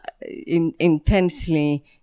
intensely